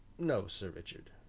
no, sir richard.